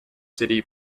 city